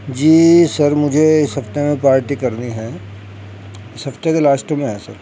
جی sir مجھے اس ہفتے میں پارٹی کرنی ہے اس ہفتے کے لاسٹ میں ہے سر